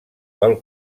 pel